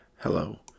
hello